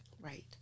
Right